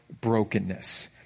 brokenness